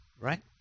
right